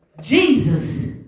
Jesus